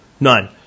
None